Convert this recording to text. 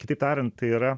kitaip tariant tai yra